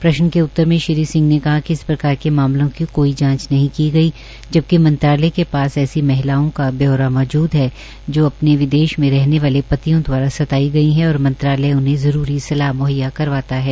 प्रश्न के उत्तर में श्री सिंह ने कहा कि इस प्रकार के मामलों की कोई जांच नहीं की गई जबकि मंत्रालय के पास ऐसी महिलाओं का ब्यौरा मौजूद है जो अपने विदेश में रहने वाले पतियों दवारा सताई गई है और मंत्रालय उन्हें जरूरी सलाह म्हैया करवाता है